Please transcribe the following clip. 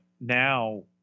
now